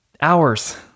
hours